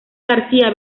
garcía